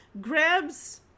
grabs